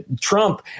Trump